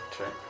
Okay